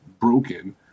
broken